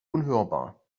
unhörbar